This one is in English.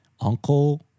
uncle